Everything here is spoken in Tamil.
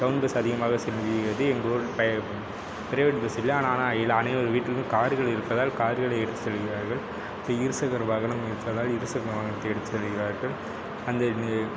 டவுன் பஸ் அதிகமாக செல்கிறது எங்கள் ஊரில் பிரைவேட் பஸ் இல்லை ஆனால் ஆனால் இது அனைவர் வீட்லேயும் கார்கள் இருப்பதால் கார்களை எடுத்து செல்கிறார்கள் இப்போ இருசக்கர வாகனம் இருப்பதால் இருசக்கர வாகனத்தை எடுத்து செல்கிறார்கள் அந்த